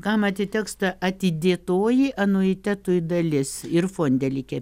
kam atiteks ta atidėtoji anuitetui dalis ir fonde likę